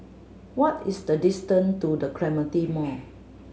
what is the distant to The Clementi Mall